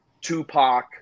Tupac